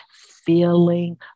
feeling